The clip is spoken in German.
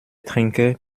trinke